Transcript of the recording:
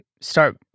start